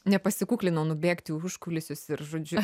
nepasikuklinau nubėgti į užkulisius ir žodžiu